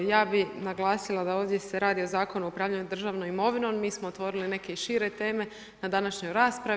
Ja bi naglasila da ovdje se radi o Zakonu o upravljanju državnom imovinom, mi smo otvorili i neke šire teme na današnjoj raspravi.